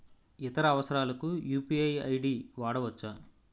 ఇతర అవసరాలకు UPI ID వాడవచ్చా?